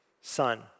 son